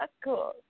cool